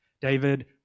David